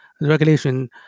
regulation